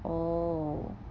oh